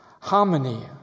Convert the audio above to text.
Harmony